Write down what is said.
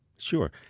sure.